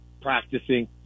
practicing